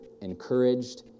encouraged